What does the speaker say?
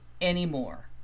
anymore